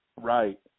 Right